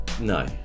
No